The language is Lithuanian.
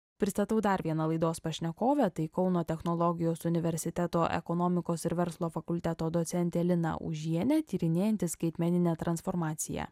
pristatau dar viena laidos pašnekovę tai kauno technologijos universiteto ekonomikos ir verslo fakulteto docentė lina užienė tyrinėjanti skaitmeninę transformaciją